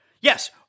Yes